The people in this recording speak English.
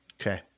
Okay